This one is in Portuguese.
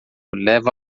leva